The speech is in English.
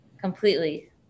completely